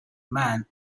man